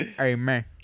Amen